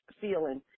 feeling